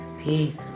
Peace